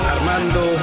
Armando